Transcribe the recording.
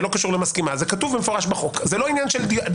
זה לא עניין של דעה.